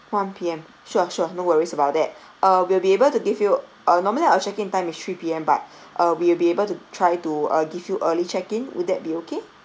one P_M sure sure no worries about that uh we'll be able to give you uh normally our check in time is three P_M but uh we'll be able to try to uh give you early check in would that be okay